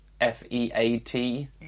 F-E-A-T